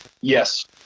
Yes